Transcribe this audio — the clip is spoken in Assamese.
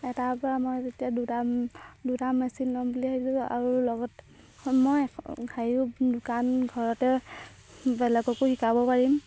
তাৰপৰা মই যেতিয়া দুটা দুটা মেচিন ল'ম বুলি ভাবিছোঁ আৰু লগত মই হেৰিও দোকান ঘৰতে বেলেগকো শিকাব পাৰিম